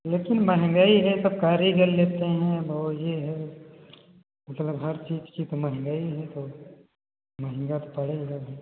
लेकिन महंगाई है सब कारीगर लेते हैं और यह है मतलब हर चीज़ की तो महंगाई है तो महंगा पड़ेगा ही